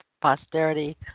posterity